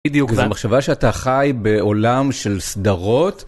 בדיוק, ומחשבה שאתה חי בעולם של סדרות.